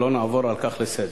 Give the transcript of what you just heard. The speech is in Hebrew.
ולא נעבור על כך לסדר-היום.